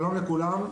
שלום לכולם.